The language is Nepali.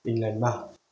तिनीलाई माफ